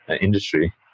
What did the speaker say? industry